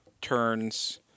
turns